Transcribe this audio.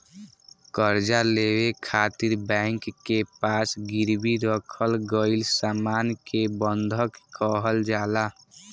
कर्जा लेवे खातिर बैंक के पास गिरवी रखल गईल सामान के बंधक कहल जाला